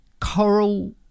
coral